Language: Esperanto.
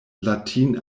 latin